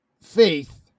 faith